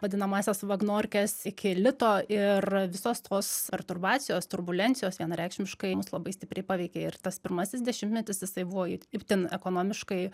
vadinamąsias vagnorkes iki lito ir visos tos perturbacijos turbulencijos vienareikšmiškai labai stipriai paveikė ir tas pirmasis dešimtmetis jisai buvo itin ekonomiškai